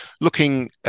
looking